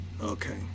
Okay